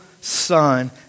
son